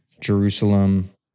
Jerusalem